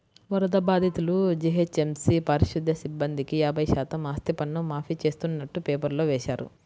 వరద బాధితులు, జీహెచ్ఎంసీ పారిశుధ్య సిబ్బందికి యాభై శాతం ఆస్తిపన్ను మాఫీ చేస్తున్నట్టు పేపర్లో వేశారు